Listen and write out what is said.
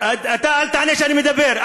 אתה אל תענה כשאני מדבר.